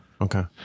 okay